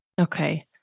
Okay